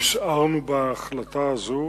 נשארנו עם החלטה הזאת.